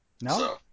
No